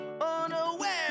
Unaware